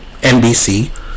NBC